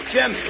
Jim